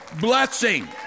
blessing